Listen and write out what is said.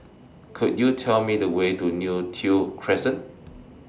Could YOU Tell Me The Way to Neo Tiew Crescent